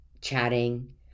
chatting